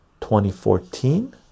2014